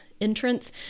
entrance